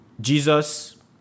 Jesus